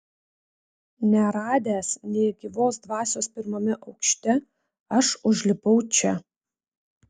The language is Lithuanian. neradęs nė gyvos dvasios pirmame aukšte aš užlipau čia